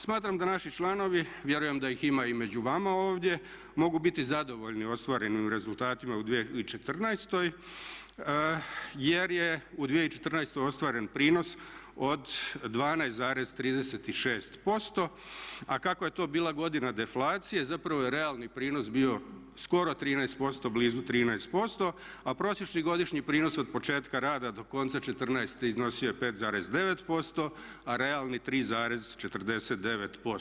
Smatram da naši članovi, vjerujem da ih ima i među vama ovdje mogu biti zadovoljni ostvarenim rezultatima u 2014. jer je u 2014. ostvaren prinos od 12,36% a kako je to bila godina deflacije zapravo je realni prinos bio skoro 13%, blizu 13%, a prosječni godišnji prinos od početka rada do konca četrnaeste iznosio je 5,9% a realni 3,49%